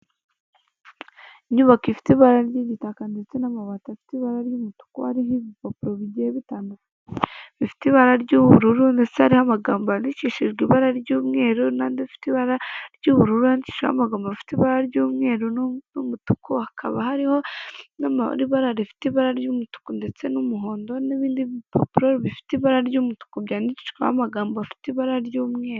Inyubako ifite ibara ry'igitaka ndetse n'amabati afite ibara ry'umutuku, ariho ibipapuro bigiye bitandukanye bifite ibara ry'ubururu, ndetse hariho amagambo yandikishijwe ibara ry'umweru n'andi afite ibara ry'ubururu yandikishijweho amagambo afite ibara ry'umweru n'umutuku, hakaba hariho n'amabara rifite ibara ry'umutuku ndetse n'umuhondo, n'ibindi bipapuro bifite ibara ry'umutuku byandikishwaho amagambo afite ibara ry'umweru.